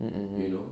mm mm